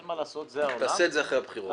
אין מה לעשות, זה העולם.